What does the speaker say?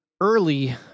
early